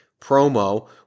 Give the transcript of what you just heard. promo